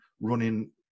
running